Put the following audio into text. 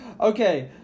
Okay